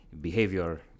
behavior